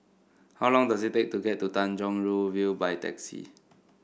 how long does it take to get to Tanjong Rhu View by taxi